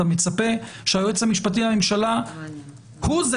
אתה מצפה שהיועץ המשפטי לממשלה הוא זה